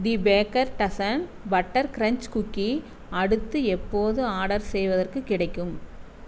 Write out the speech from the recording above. தி bakers dozen butter crunch cookie அடுத்து எப்போது order செய்வதற்கு கிடைக்கும்